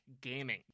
gaming